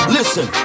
Listen